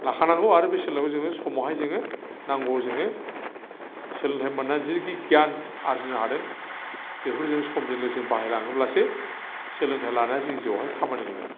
लाखानांगौ आरो बे सोलोंथाइखौ जों समावहाय जों नांगौबा जोङो सोलोंथाइ मोननानै जि गियान आर्जिनो हादों बेफोरखौ जों समजों लोगोसे बाहायलाङोब्लासो सोलोंथाइ लानाया जोंनि जिउआवहाय खामानि होगोन